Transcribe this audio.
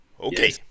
Okay